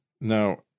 Now